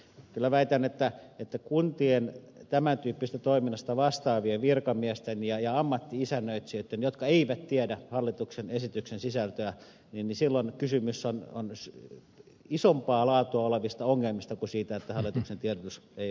kyllä väitän että jos kuntien tämän tyyppisestä toiminnasta vastaavat virkamiehet ja ammatti isännöitsijät eivät tiedä hallituksen esityksen sisältöä silloin kysymys on isompaa laatua olevista ongelmista kuin siitä että hallituksen tiedotus ei ole toiminut